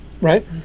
right